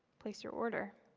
place your order,